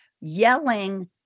yelling